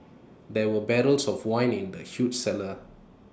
there were barrels of wine in the huge cellar